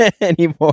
anymore